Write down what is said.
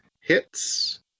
hits